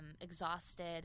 exhausted